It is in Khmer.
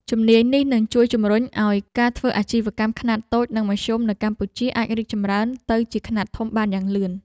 ជំនាញនេះនឹងជួយជំរុញឱ្យការធ្វើអាជីវកម្មខ្នាតតូច និងមធ្យមនៅកម្ពុជាអាចរីកចម្រើនទៅជាខ្នាតធំបានយ៉ាងលឿន។